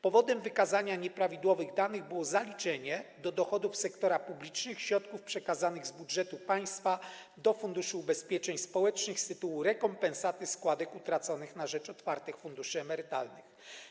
Powodem wykazania nieprawidłowych danych było zaliczenie do dochodów sektora publicznych środków przekazanych z budżetu państwa do Funduszu Ubezpieczeń Społecznych z tytułu rekompensaty składek utraconych na rzecz otwartych funduszy emerytalnych.